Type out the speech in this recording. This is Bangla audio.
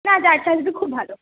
না খুব ভালো